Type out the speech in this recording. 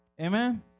Amen